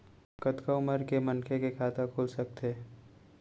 कतका उमर के मनखे के खाता खुल सकथे?